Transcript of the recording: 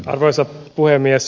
arvoisa puhemies